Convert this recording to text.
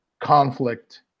conflict